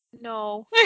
No